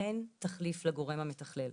אין תחליף לגורם המתכלל.